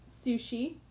sushi